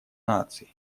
наций